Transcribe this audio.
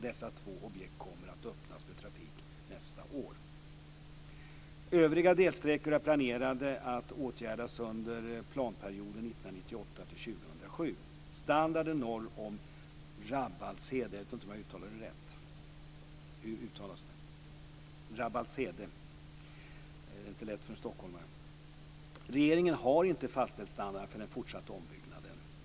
Dessa två objekt kommer att öppnas för trafik nästa år. Övriga delsträckor planeras bli åtgärdade under planperioden 1998-2007. Regeringen har inte fastställt standarden för den fortsatta ombyggnaden norr om Rabbalshede.